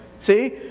See